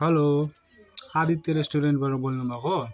hello Aditya रेस्टुरेन्टबाट बोल्नु भएको